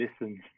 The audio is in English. listen